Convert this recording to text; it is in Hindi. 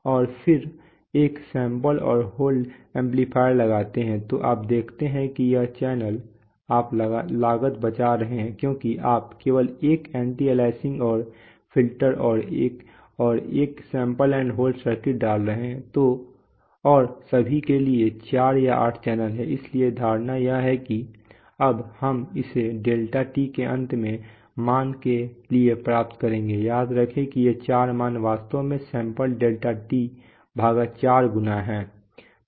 और फिर एक सैंपल एंड होल्ड एम्पलीफायर लगाते हैं तो आप देखते हैं कि यह चैनल आप लागत बचा रहे हैं क्योंकि आप केवल एक एंटी अलियासिंग और फिल्टर और एक सैंपल एंड होल्ड सर्किट डाल रहे हैं और सभी के लिए चार या आठ चैनल हैं इसलिए धारणा यह है कि अब हम इसे डेल्टा T के अंत मान के लिए प्राप्त करेंगे याद रखें कि ये चार मान वास्तव में सैंपल डेल्टा T भागा चार गुना हैं